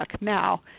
now